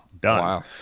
done